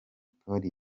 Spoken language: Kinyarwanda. polly